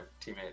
teammate